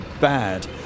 bad